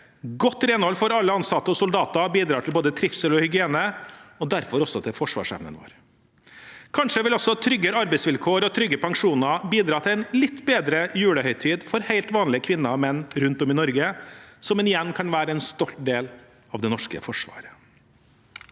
Godt renhold for alle ansatte og soldater bidrar til både trivsel og hygiene – og derfor også til forsvarsevnen vår. Kanskje vil også tryggere arbeidsvilkår og trygge pensjoner bidra til en litt bedre julehøytid for helt vanlige kvinner og menn rundt om i Norge, som igjen kan være en stolt del av det norske forsvaret.